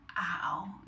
ow